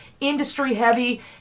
industry-heavy